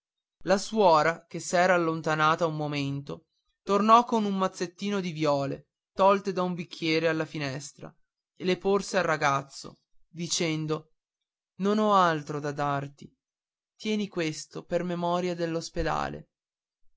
la suora che s'era allontanata un momento tornò con un mazzettino di viole tolte da un bicchiere sulla finestra e lo porse al ragazzo dicendo non ho altro da darti tieni questo per memoria